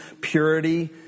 purity